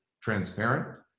transparent